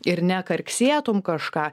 ir nekarksėtum kažką